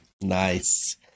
Nice